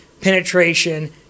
penetration